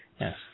yes